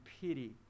pity